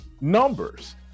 numbers